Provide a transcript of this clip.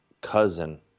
cousin